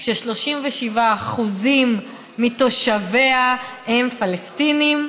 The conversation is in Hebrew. כש-37% מתושביה הם פלסטינים,